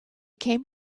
came